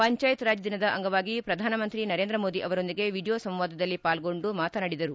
ಪಂಚಾಯತ್ ರಾಜ್ ದಿನದ ಅಂಗವಾಗಿ ಪ್ರಧಾನಮಂತ್ರಿ ನರೇಂದ್ರ ಮೋದಿ ಅವರೊಂದಿಗೆ ವಿಡಿಯೋ ಸಂವಾದದಲ್ಲಿ ಪಾಲ್ಗೊಂಡು ಅವರು ಮಾತನಾಡಿದರು